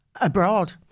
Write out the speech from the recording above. abroad